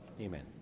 Amen